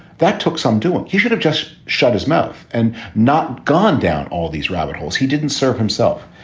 that took some doing. he should have just shut his mouth and not gone down all these rabbit holes. he didn't serve himself.